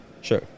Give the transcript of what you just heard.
Sure